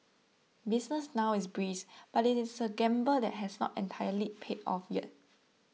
business now is brisk but it is a gamble that has not entirely paid off yet